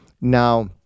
Now